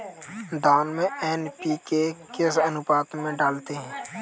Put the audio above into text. धान में एन.पी.के किस अनुपात में डालते हैं?